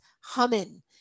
humming